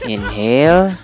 Inhale